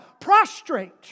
prostrate